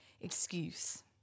excuse